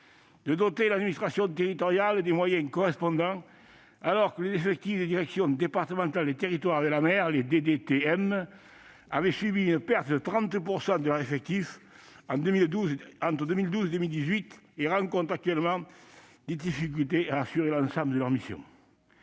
de doter l'administration territoriale des moyens correspondants, alors que les effectifs des directions départementales des territoires et de la mer, les DDTM, ont subi une perte de 30 % de leurs effectifs entre 2012 et 2018 et rencontrent actuellement des difficultés à assurer l'ensemble de leurs missions.